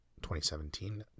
2017